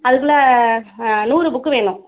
அதுக்குள்ளே நூறு புக் வேணும்